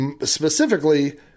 specifically